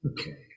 Okay